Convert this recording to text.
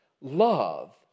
Love